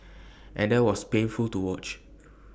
and that was painful to watch